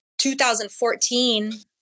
2014